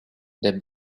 the